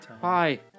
Hi